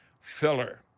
filler